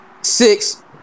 six